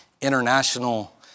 international